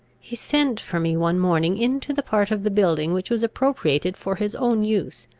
he sent for me one morning into the part of the building which was appropriated for his own use,